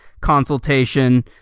consultation